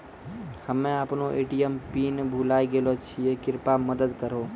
हम्मे अपनो ATM PIN भुलाय गेलो छियै, कृपया मदत करहो